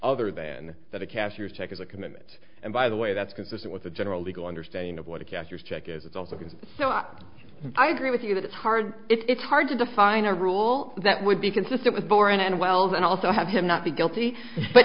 other than that a cashier's check is a commitment and by the way that's consistent with the general legal understanding of what a cashier's check is also can so i agree with you that it's hard it's hard to define a rule that would be consistent with boring and wells and also have him not be guilty but